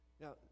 Now